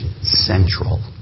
central